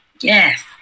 Yes